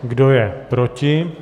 Kdo je proti?